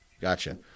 Gotcha